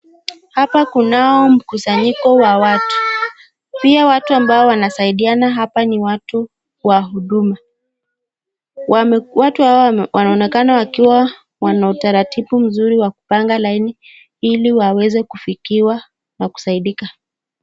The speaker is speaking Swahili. Hapa kunao mkusanyiko wa watu. Pia watu ambao wanasaidiana hapa ni watu wa huduma. Watu hawa wanaonekana wakiwa na utaratibu mzuri wa kupanga laini ili waweze kufikiwa na kusaidika.